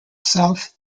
south